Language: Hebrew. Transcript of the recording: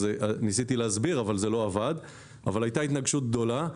ניסיתי להסביר את זה אבל זה לא עבד - והייתה התנגשות גדולה.